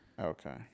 Okay